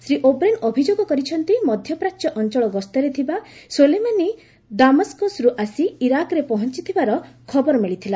Shri O'Brien ଅଭିଯୋଗ କରିଛନ୍ତି ମଧ୍ୟପ୍ରାଚ୍ୟ ଅଞ୍ଚଳ ଗସ୍ତରେ ଥିବା ସୋଲେମାନି ଦାମସ୍କସରୁ ଆସି ଇରାକ୍ରେ ପହଞ୍ଚିଥିବାର ଖବର ମିଳିଥିଲା